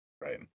right